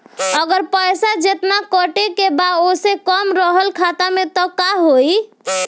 अगर पैसा जेतना कटे के बा ओसे कम रहल खाता मे त का होई?